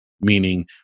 meaning